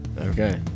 Okay